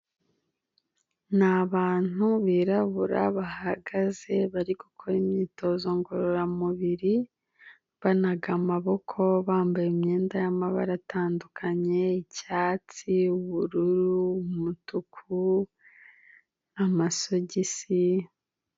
Ni abantu birabura bahagaze bari gukora imyitozo ngororamubiri, banaga amaboko bambaye imyenda y'amabara atandukanye icyatsi, ubururu, umutuku, masogisi.